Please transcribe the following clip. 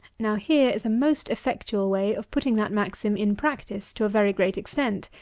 now here is a most effectual way of putting that maxim in practice to a very great extent.